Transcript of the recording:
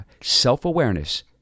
self-awareness